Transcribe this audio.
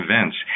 events